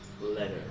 letter